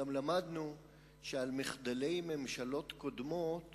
גם למדנו שבשל מחדלי ממשלות קודמות